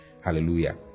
Hallelujah